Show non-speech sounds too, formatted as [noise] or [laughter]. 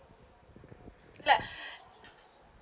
like [breath]